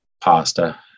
pasta